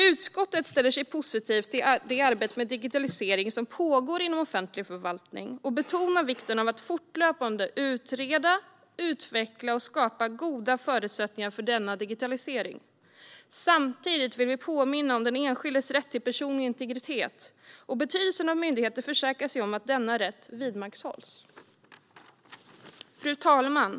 Utskottet ställer sig positivt till det arbete med digitalisering som pågår inom offentlig förvaltning och betonar vikten av att fortlöpande utreda, utveckla och skapa goda förutsättningar för denna digitalisering. Samtidigt vill vi påminna om den enskildes rätt till personlig integritet och betydelsen av att myndigheter försäkrar sig om att denna rätt vidmakthålls. Fru talman!